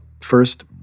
First